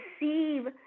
receive